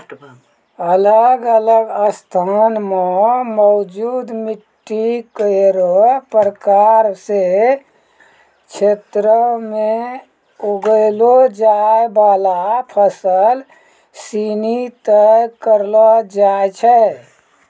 अलग अलग स्थान म मौजूद मिट्टी केरो प्रकार सें क्षेत्रो में उगैलो जाय वाला फसल सिनी तय करलो जाय छै